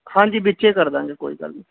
ਹਾਂਜੀ ਵਿੱਚੇ ਕਰਦਾਂਗੇ ਕੋਈ ਗੱਲ ਨਹੀਂ